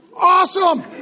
Awesome